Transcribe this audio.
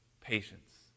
patience